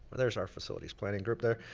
there's our facilities planning group there.